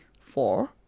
four